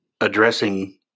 addressing